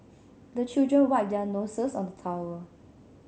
the children wipe their noses on the towel